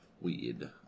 weird